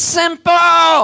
simple